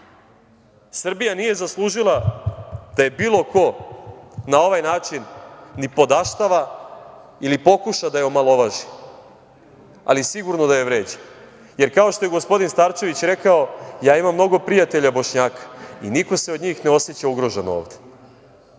način? Srbija nije zaslužila da je bilo ko na ovaj način nipodaštava ili pokuša da je omalovaži, ali sigurno da je vređa. Jer, kao što je i gospodin Starčević rekao, ja imam mnogo prijatelja Bošnjaka i niko se od njih ne oseća ugrožena ovde.